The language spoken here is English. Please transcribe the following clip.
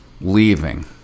leaving